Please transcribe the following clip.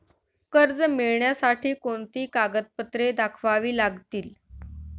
कर्ज मिळण्यासाठी कोणती कागदपत्रे दाखवावी लागतील?